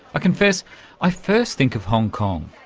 confess i first think of hong kong.